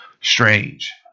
strange